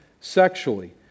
sexually